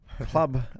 club